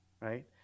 right